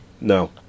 No